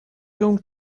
going